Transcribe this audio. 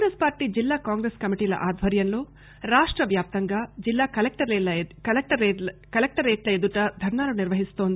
కాంగ్రెస్పార్టీ జిల్లా కాంగ్రెస్ కమిటీల ఆధ్వర్యంలో రాష్ట వ్యాప్తంగా జిల్లా కలెక్టరేట్ల ఎదుట ధర్నాలు నిర్వహిస్తోంది